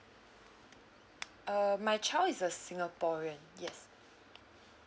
uh my child is a singaporean yes